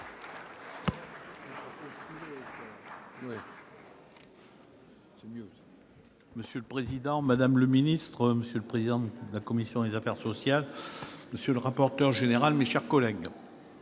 Monsieur le président, madame le ministre, monsieur le président de la commission des affaires sociales, monsieur le rapporteur général, mes chers collègues,